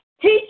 Teach